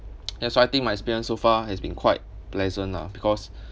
ya so I think my experience so far has been quite pleasant lah because